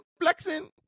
flexing